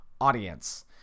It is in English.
audience